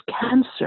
cancer